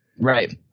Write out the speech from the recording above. Right